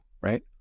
right